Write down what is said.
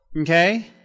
okay